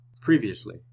previously